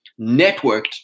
networked